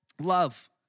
love